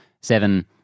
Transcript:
seven